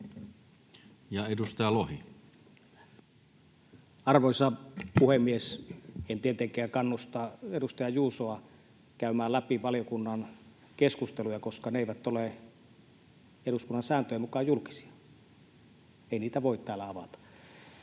Ja edustaja Lohi. Arvoisa puhemies! En tietenkään kannusta edustaja Juusoa käymään läpi valiokunnan keskusteluja, koska ne eivät ole eduskunnan sääntöjen mukaan julkisia. Ei niitä voi täällä avata,